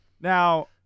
Now